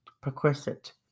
perquisite